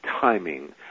timing